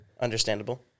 Understandable